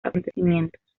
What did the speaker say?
acontecimientos